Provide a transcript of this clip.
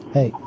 Hey